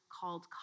called